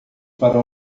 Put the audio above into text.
para